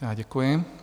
Já děkuji.